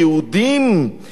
לישראלים,